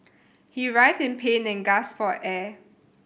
he writhed in pain and gasped for air